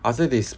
after they